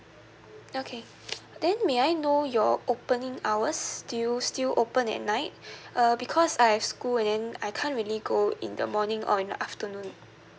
okay then may I know your opening hours do you still open at night err because I have school then I can't really go in the morning or in the afternoon